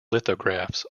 lithographs